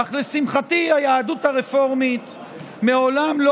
אך לשמחתי היהדות הרפורמית מעולם לא